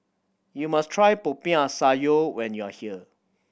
you must try Popiah Sayur when you are here